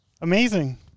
Amazing